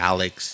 Alex